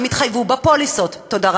חבר הכנסת גואטה, בבקשה.